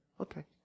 Okay